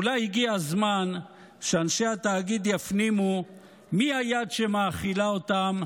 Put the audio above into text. אולי הגיע הזמן שאנשי התאגיד יפנימו מי היד שמאכילה אותם,